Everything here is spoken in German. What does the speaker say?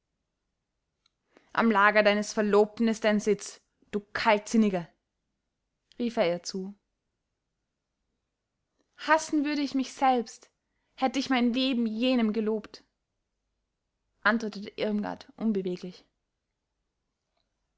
am lager deines verlobten ist dein sitz du kaltsinnige rief er ihr zu hassen würde ich mich selbst hätte ich mein leben jenem gelobt antwortete irmgard unbeweglich